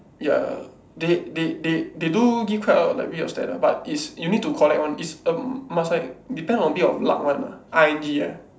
ya they they they they do give quite out a little of stat lah but is you need to collect [one] it um must like depend a bit of luck one lah I N G ah